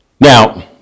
Now